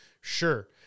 Sure